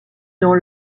dans